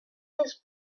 this